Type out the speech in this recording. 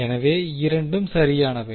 எனவே இரண்டும் சரியானவை